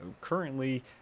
Currently